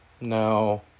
No